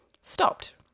stopped